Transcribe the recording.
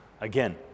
Again